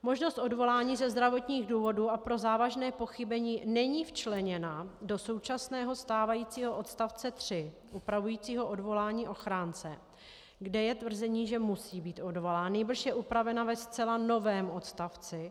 Možnost odvolání ze zdravotních důvodů a pro závažné pochybení není včleněna do současného stávajícího odstavce 3 upravujícího odvolání ochránce, kde je tvrzení, že musí být odvolán, nýbrž je upravena ve zcela novém odstavci.